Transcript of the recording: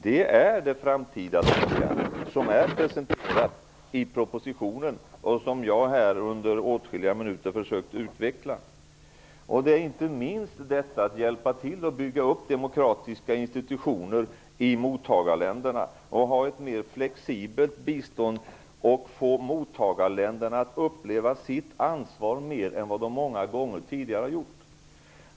Det är det framtida systemet som är presenterat i propositionen och som jag här under åtskilliga minuter försökt utveckla. Det är inte minst fråga om att hjälpa till att bygga upp demokratiska institutioner i mottagarländerna, ha ett mer flexibelt bistånd och få mottagarländerna att uppleva sitt ansvar, vilket är mer än vad de många gånger tidigare har upplevt.